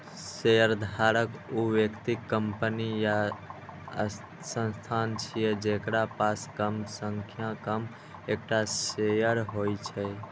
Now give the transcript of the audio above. शेयरधारक ऊ व्यक्ति, कंपनी या संस्थान छियै, जेकरा पास कम सं कम एकटा शेयर होइ छै